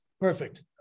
Perfect